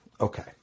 okay